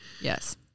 Yes